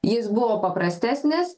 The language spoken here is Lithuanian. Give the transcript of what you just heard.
jis buvo paprastesnis